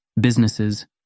businesses